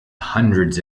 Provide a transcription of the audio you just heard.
hundreds